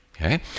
Okay